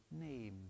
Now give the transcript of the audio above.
name